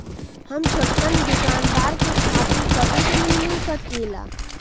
हम छोटकन दुकानदार के खातीर कतेक ऋण मिल सकेला?